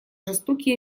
жестокие